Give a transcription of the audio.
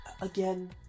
again